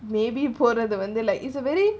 maybe போறதுவந்து: poradhu vandhu it's a very